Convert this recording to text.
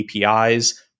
APIs